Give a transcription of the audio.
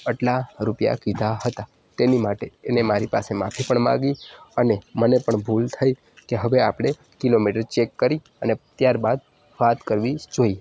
આટલા રૂપિયા કીધા હતા તેની માટે એને મારી પાસે માફી પણ માંગી અને મને પણ ભૂલ થઈ કે હવે આપણે કિલોમીટર ચેક કરી અને ત્યારબાદ વાત કરવી જોઈએ